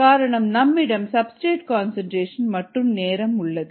காரணம் நம்மிடம் substrate concentration மற்றும் நேரம் உள்ளது